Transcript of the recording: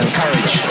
courage